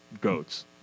goats